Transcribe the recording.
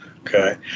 Okay